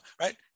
Right